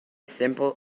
simple